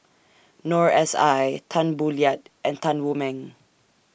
Noor S I Tan Boo Liat and Tan Wu Meng